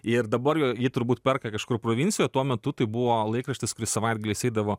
ir dabar jį turbūt perka kažkur provincijoj tuo metu tai buvo laikraštis kuris savaitgaliais eidavo